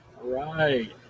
Right